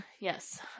Yes